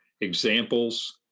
examples